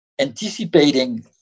anticipating